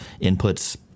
inputs